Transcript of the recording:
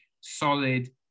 solid